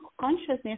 consciousness